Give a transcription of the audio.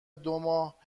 دوماه